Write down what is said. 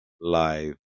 live